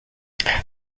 this